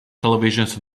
televisions